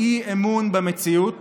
היא אי-אמון במציאות.